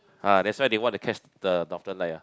ah that's why they want to catch the Northern-Light ah